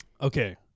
okay